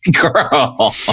Girl